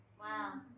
Wow